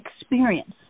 experience